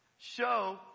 Show